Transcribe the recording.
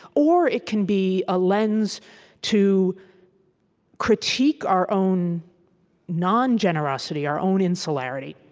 or it can be a lens to critique our own non-generosity, our own insularity,